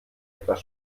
etwas